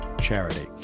charity